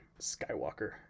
Skywalker